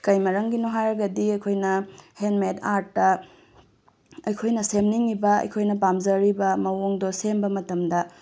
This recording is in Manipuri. ꯀꯩ ꯃꯔꯝꯒꯤꯅꯣ ꯍꯥꯏꯔꯒꯗꯤ ꯑꯩꯈꯣꯏꯅ ꯍꯦꯟꯃꯦꯠ ꯑꯥꯔꯠꯇ ꯑꯩꯈꯣꯏꯅ ꯁꯦꯝꯅꯤꯡꯉꯤꯕ ꯑꯩꯈꯣꯏꯅ ꯄꯥꯝꯖꯔꯤꯕ ꯃꯑꯣꯡꯗꯣ ꯁꯦꯝꯕ ꯃꯇꯝꯗ